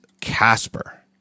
Casper